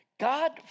God